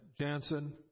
Jansen